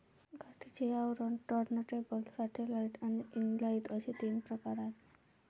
गाठीचे आवरण, turntable, satellite आणि इनलाइन असे तीन प्रकार आहे